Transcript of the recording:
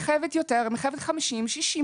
מחייבת 50 שעות,